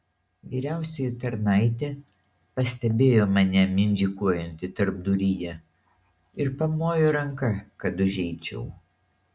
vyriausioji tarnaitė pastebėjo mane mindžikuojantį tarpduryje ir pamojo ranka kad užeičiau